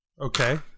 Okay